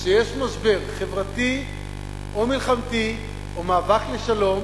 כשיש משבר חברתי או מלחמתי או מאבק לשלום,